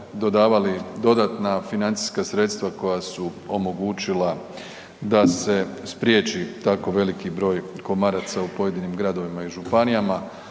dodavali dodatna financijska sredstva koja su omogućila da se spriječi tako veliki broj komaraca u pojedinim gradovima i županijama.